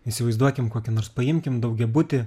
įsivaizduokim kokį nors paimkim daugiabutį